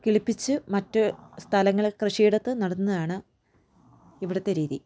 കിളിപ്പിച്ച് മറ്റു സ്ഥലങ്ങളിൽ കൃഷിയിടത്ത് നടുന്നതാണ് ഇവിടുത്തെ രീതി